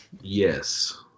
yes